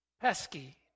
pesky